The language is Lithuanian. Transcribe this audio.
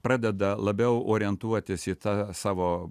pradeda labiau orientuotis į tą savo